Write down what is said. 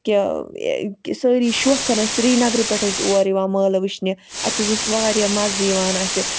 کہِ سٲری شوقن ٲسۍ سرینَگرٕ پٮ۪ٹھ ٲسۍ اورٕ یِوان مٲلہٕ وٕچھنہِ اَتہِ حظ اوس واریاہ مَزٕ یِوان اَسہِ